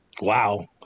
Wow